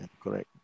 correct